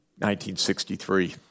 1963